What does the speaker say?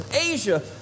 Asia